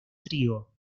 trigo